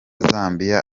zambia